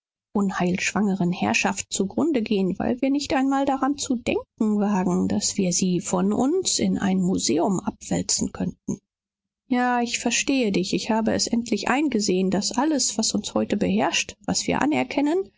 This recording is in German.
unheilschwangeren herrschaft zugrunde gehen weil wir nicht einmal daran zu denken wagen daß wir sie von uns in ein museum abwälzen könnten ja ich verstehe dich ich habe es endlich eingesehen daß alles was uns heute beherrscht was wir anerkennen